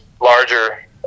larger